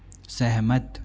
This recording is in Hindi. सहमत